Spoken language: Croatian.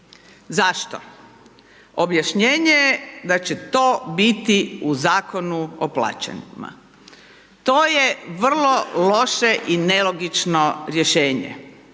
Zašto? Objašnjenje je da će to biti u Zakonu o plaćama, to je vrlo loše i nelogično rješenje,